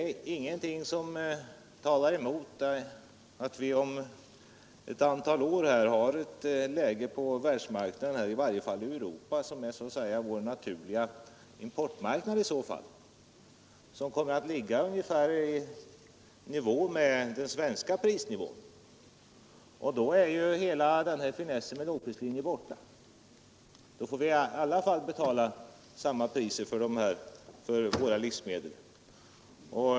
Ingenting talar emot att priserna på världsmarknaden — eller i varje fall i Europa, som så att säga är vår naturliga importmarknad — om ett antal år kommer att ligga ungefär i nivå med de svenska priserna, och då är hela finessen med lågprislinjen borta. Då får vi i alla fall betala samma priser för våra livsmedel.